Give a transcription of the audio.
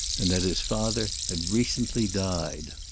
and that his father had recently died.